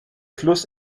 fluss